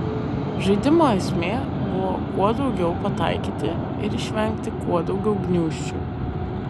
žaidimo esmė buvo kuo daugiau pataikyti ir išvengti kuo daugiau gniūžčių